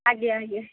ଆଜ୍ଞା ଆଜ୍ଞା